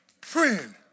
friend